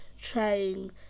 trying